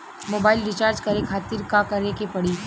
Mobile recharge करे खातिर का करे के पड़ी?